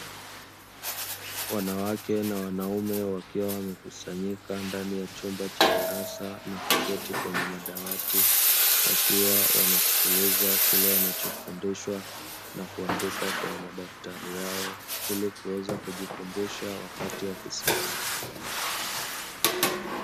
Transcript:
Wanawake na wanaume wakiwa wamekusanyika ndani ya chumba cha darasa na kuketi kwenye madawati, wakiwa wanasikiliza kile wanachofundishwa na kuandika kwenye madaftari yao ili kuweza kujikumbusha wakati wakisahau.